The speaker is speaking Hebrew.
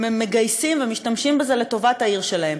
מגייסים ומשתמשים בזה לטובת העיר שלהם.